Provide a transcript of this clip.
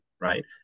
right